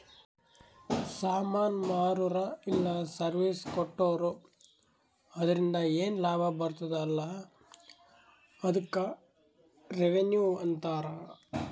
ಸಾಮಾನ್ ಮಾರುರ ಇಲ್ಲ ಸರ್ವೀಸ್ ಕೊಟ್ಟೂರು ಅದುರಿಂದ ಏನ್ ಲಾಭ ಬರ್ತುದ ಅಲಾ ಅದ್ದುಕ್ ರೆವೆನ್ಯೂ ಅಂತಾರ